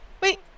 Wait